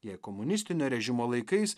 jei komunistinio režimo laikais